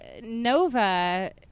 Nova